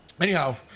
Anyhow